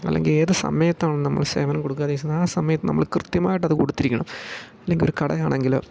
അല്ലെങ്കിൽ ഏത് സമയത്താണ് നമ്മൾ സേവനം കൊടുക്കാൻ ഉദേശിക്കുന്നത് ആ സമയത്ത് നമ്മൾ കൃത്യമായിട്ടത് കൊടുത്തിരിക്കണം അല്ലെങ്കിൽ ഒരു കടയാണങ്കിലോ